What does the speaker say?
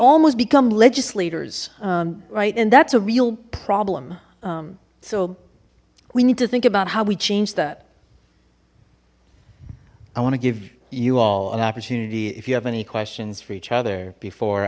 almost become legislators right and that's a real problem so we need to think about how we change that i want to give you all an opportunity if you have any questions for each other before